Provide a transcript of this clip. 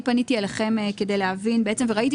בואו נמשיך.